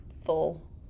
full